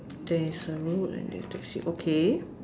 there is a road and there is taxi okay